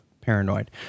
paranoid